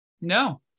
No